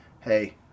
hey